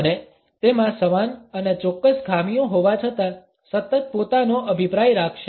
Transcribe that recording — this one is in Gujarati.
અને તેમાં સમાન અને ચોક્કસ ખામીઓ હોવા છતાં સતત પોતાનો અભિપ્રાય રાખશે